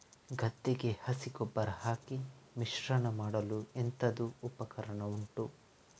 ಗದ್ದೆಗೆ ಹಸಿ ಗೊಬ್ಬರ ಹಾಕಿ ಮಿಶ್ರಣ ಮಾಡಲು ಎಂತದು ಉಪಕರಣ ಉಂಟು?